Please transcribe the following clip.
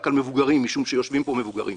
על מבוגרים משום שיושבים פה מבוגרים?